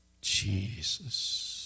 Jesus